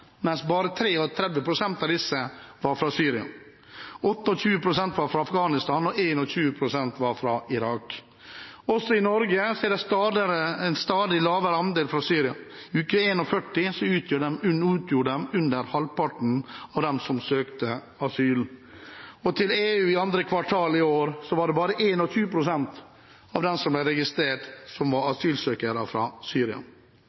Bare 33 pst. av disse var fra Syria, 28 pst. var fra Afghanistan og 21 pst. var fra Irak. Også i Norge er det en stadig lavere andel som kommer fra Syria. I uke 41 utgjorde de under halvparten av dem som søkte asyl, og i andre kvartal i år var det bare 21 pst. av dem som ble registrert i EU, som var asylsøkere fra Syria.